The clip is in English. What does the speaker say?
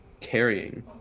carrying